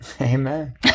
Amen